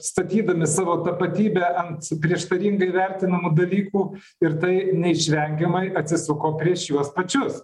statydami savo tapatybę ant prieštaringai vertinamų dalykų ir tai neišvengiamai atsisuko prieš juos pačius